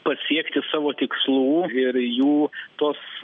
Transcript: pasiekti savo tikslų ir jų tos